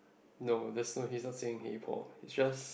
no that's he not saying hey Paul